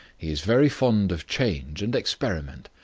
he is very fond of change and experiment.